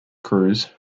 cruise